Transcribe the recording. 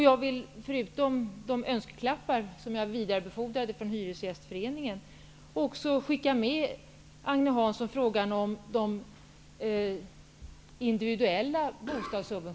Jag vill, förutom den önskeklapp som jag vidarebefordrade från Hyresgästföreningen, till Agne Hansson lämna över frågan om de individuella bostadsbidragen.